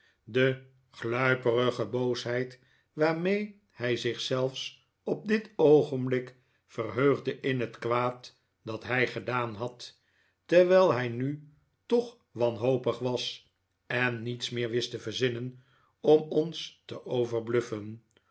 de gluiperige boosheid waarmee hij zich zelfs op dit oogenblik verheugde in het kwaad dat hij gedaan had terwijl hij nu toch wanhopig was en niets meer wist te verzinnen om ons te overbluffen